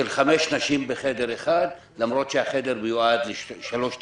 של צפיפות חמש נשים בחדר אחד למרות שהחדר מיועד לשלוש נשים.